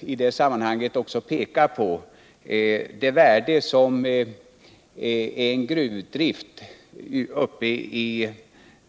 I det sammanhanget vill jag också peka på det värde som en gruvdrift uppe i